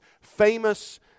famous